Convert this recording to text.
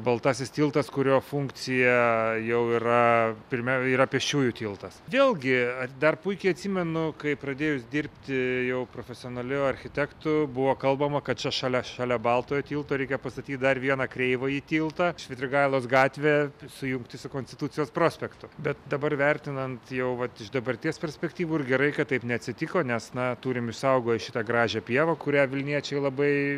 baltasis tiltas kurio funkcija jau yra pirmiau yra pėsčiųjų tiltas vėlgi ar dar puikiai atsimenu kaip pradėjus dirbti jau profesionaliu architektu buvo kalbama kad šalia šalia baltojo tilto reikia pastatyti dar vieną kreivąjį tiltą švitrigailos gatvę sujungti su konstitucijos prospektu bet dabar vertinant jau vat iš dabarties perspektyvų ir gerai kad taip neatsitiko nes na turim išsaugoję šitą gražią pievą kurią vilniečiai labai